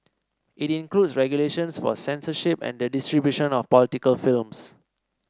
it includes regulations for censorship and the distribution of political films